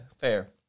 fair